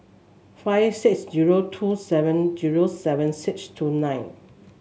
five six zero two seven zero seven six two nine